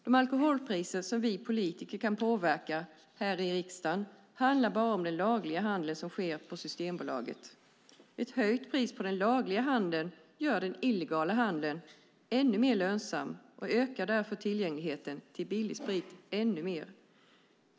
De alkoholpriser som vi politiker kan påverka här i riksdagen handlar bara om den lagliga handeln som sker på Systembolaget. Ett höjt pris på den lagliga handeln gör den illegala handeln ännu mer lönsam och ökar tillgängligheten till billig sprit ännu mer.